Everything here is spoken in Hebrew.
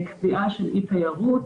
קביעה של אי תיירות,